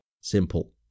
simple